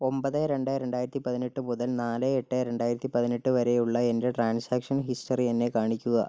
ഒൻപത് രണ്ട് രണ്ടായിരത്തി പതിനെട്ട് മുതൽ നാല് എട്ട് രണ്ടായിരത്തി പതിനെട്ട് വരെയുള്ള എൻ്റെ ട്രാൻസാക്ഷൻ ഹിസ്റ്ററി എന്നെ കാണിക്കുക